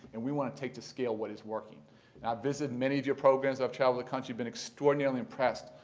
and we want to take to scale what is working. i've visited many of your programs. i've traveled the country, been extraordinarily impressed.